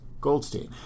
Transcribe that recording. Goldstein